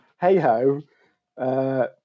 hey-ho